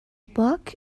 book